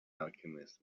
alchemist